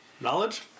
knowledge